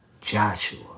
Joshua